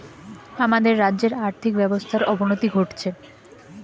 আমাদের রাজ্যের আর্থিক ব্যবস্থার অবনতি ঘটছে